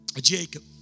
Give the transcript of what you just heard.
Jacob